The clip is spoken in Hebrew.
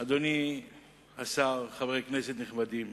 אדוני השר, חברי כנסת נכבדים,